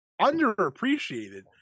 underappreciated